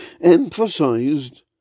emphasized